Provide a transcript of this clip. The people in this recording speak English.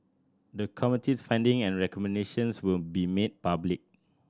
the Committee's finding and recommendations will be made public